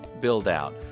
Buildout